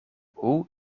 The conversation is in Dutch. hoe